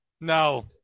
No